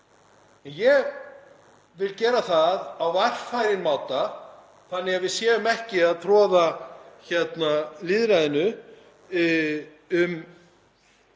ég vil gera það á varfærinn máta þannig að við séum ekki að troða lýðræðinu um